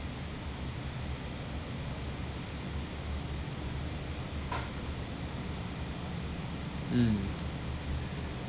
mm